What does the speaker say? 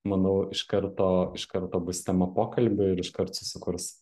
manau iš karto iš karto bus tema pokalbiui ir iškart susikurs